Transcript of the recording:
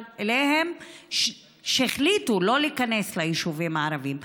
אליהן החליטו לא להיכנס ליישובים הערביים.